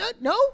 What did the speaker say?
No